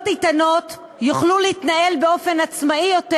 איתנות יוכלו להתנהל באופן עצמאי יותר,